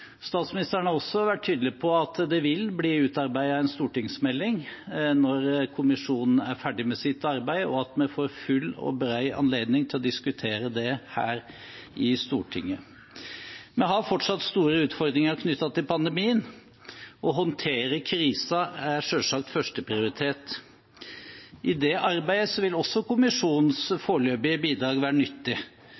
Statsministeren har også vært tydelig på at det vil bli utarbeidet en stortingsmelding når kommisjonen er ferdig med sitt arbeid, og at vi får full og bred anledning til å diskutere det her i Stortinget. Vi har fortsatt store utfordringer knyttet til pandemien. Å håndtere krisen er selvsagt førsteprioritet. I det arbeidet vil også kommisjonens